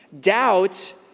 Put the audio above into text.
Doubt